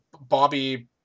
Bobby